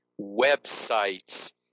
websites